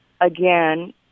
again